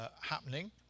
happening